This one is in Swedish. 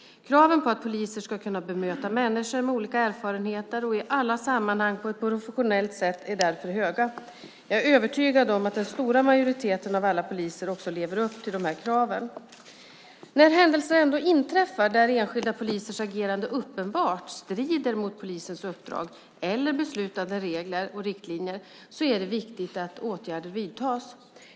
Kraven på att poliser ska kunna bemöta människor med olika erfarenheter och i alla sammanhang på ett professionellt sätt är därför höga. Jag är övertygad om att den stora majoriteten av alla poliser också lever upp till dessa krav. När händelser ändå inträffar där enskilda polisers agerande uppenbart strider mot polisens uppdrag eller beslutade regler och riktlinjer är det viktigt att åtgärder vidtas.